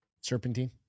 Serpentine